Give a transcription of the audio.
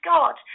God